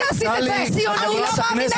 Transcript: לא מאמינה